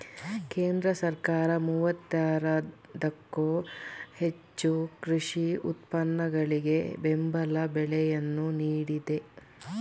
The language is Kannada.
ಕೇಂದ್ರ ಸರ್ಕಾರ ಮೂವತ್ತೇರದಕ್ಕೋ ಹೆಚ್ಚು ಕೃಷಿ ಉತ್ಪನ್ನಗಳಿಗೆ ಬೆಂಬಲ ಬೆಲೆಯನ್ನು ನೀಡಿದೆ